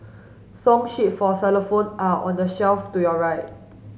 song sheets for xylophone are on the shelf to your right